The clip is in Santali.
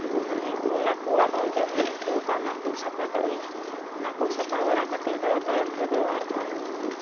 ᱢᱟᱱᱮ ᱚᱱᱟᱠᱚ ᱟᱨᱦᱚᱸ ᱡᱚᱢ ᱟᱹᱭᱴᱷᱟᱹᱣ ᱟᱠᱟᱫ ᱚᱱᱟᱠᱚ ᱥᱟᱯᱷᱟᱠᱟᱹᱜᱟᱹᱧ ᱚᱱᱟᱠᱚ ᱥᱟᱯᱷᱟ ᱵᱟᱲᱟ ᱠᱟᱛᱮᱫ ᱫᱚ ᱛᱟᱭᱚᱢ ᱛᱮᱫᱚ ᱟᱨᱦᱚᱧ